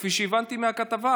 כפי שהבנתי מהכתבה.